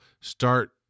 start –